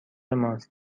ماست